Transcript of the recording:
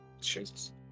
Jesus